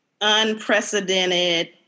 unprecedented